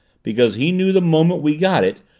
because he knew the moment we got it,